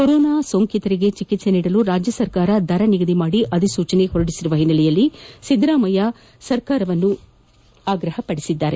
corona ರೋಗಿಗಳಿಗೆ ಚಿಕಿತ್ಸೆ ನೀಡಲು ರಾಜ್ಯ ಸರ್ಕಾರ ದರ ನಿಗದಿ ಮಾದಿ ಅಧಿಸೂಚನೆ ಹೊರಡಿಸಿರುವ ಹಿನ್ನೆಲೆಯಲ್ಲಿ ಸಿದ್ದರಾಮಯ್ಯ ಸರ್ಕಾರವನ್ನು ಒತ್ತಾಯಿಸಿದ್ದಾರೆ